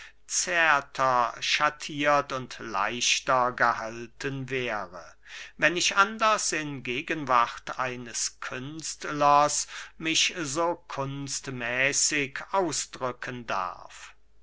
zärter schattiert und leichter gehalten wäre wenn ich anders in gegenwart eines künstlers mich so kunstmäßig ausdrucken darf